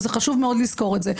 וחשוב מאוד לזכור את זה,